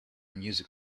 music